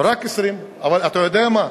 רק 20. אתה יודע מה?